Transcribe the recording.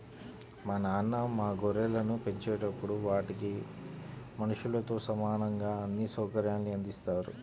మా నాన్న మా గొర్రెలను పెంచేటప్పుడు వాటికి మనుషులతో సమానంగా అన్ని సౌకర్యాల్ని అందిత్తారు